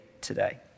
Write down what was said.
today